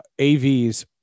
AVs